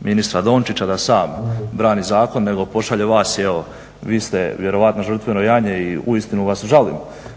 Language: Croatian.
ministra Dončića da sam brani zakon nego pošalje vas. I evo vi ste vjerojatno žrtveno janje i uistinu vas žalim